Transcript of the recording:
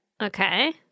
Okay